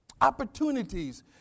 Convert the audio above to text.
Opportunities